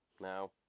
now